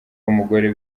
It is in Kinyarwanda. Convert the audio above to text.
w’umugore